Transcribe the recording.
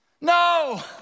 No